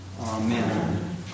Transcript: Amen